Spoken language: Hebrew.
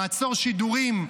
לעצור שידורים,